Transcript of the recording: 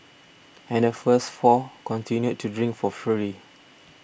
and the first four continued to drink for free